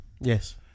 Yes